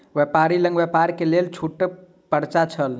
व्यापारी लग व्यापार के लेल छूटक पर्चा छल